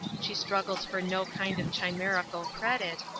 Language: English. she struggles for no kind of chimerical credit,